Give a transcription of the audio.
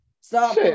Stop